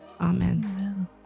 amen